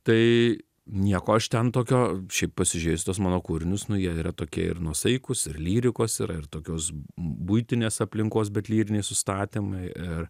tai nieko aš ten tokio šiaip pasižiūrėjus į tuos mano kūrinius nu jie yra tokie ir nuosaikūs ir lyrikos yra ir tokios buitinės aplinkos bet lyriniai sustatymai ir